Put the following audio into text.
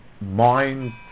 mind